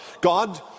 God